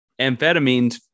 amphetamines